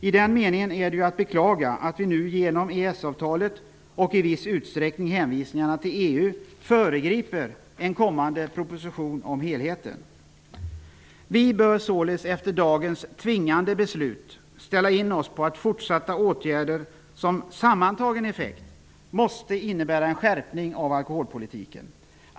I den meningen är det ju att beklaga att vi nu genom EES-avtalet och i viss utsträckning genom hänvisningarna till EU föregriper en kommande proposition om helheten. Vi bör således efter dagens tvingande beslut ställa in oss på att fortsatta åtgärder som sammantagen effekt måste innebära en skärpning av alkoholpolitiken.